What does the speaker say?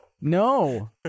No